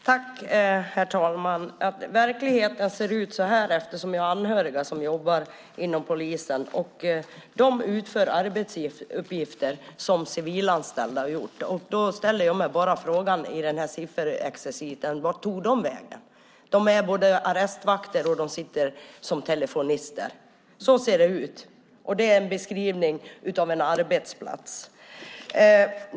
Herr talman! Att verkligheten ser ut så som jag beskrev vet jag eftersom jag har anhöriga som arbetar inom polisen. De utför arbetsuppgifter som civilanställda har gjort. Därför ställer jag mig frågan, bland denna sifferexercis, vart de tog vägen. De arbetar både som arrestvakter och som telefonister. Så ser det ut. Det är en beskrivning av en arbetsplats.